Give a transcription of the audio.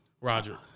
Roger